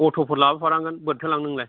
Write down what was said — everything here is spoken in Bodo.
अट'फोर लाबोफानांगोन बोरैथो लांनो नोंलाय